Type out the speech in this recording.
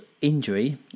injury